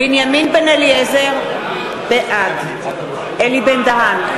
בן-אליעזר, בעד אלי בן-דהן,